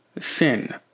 Sin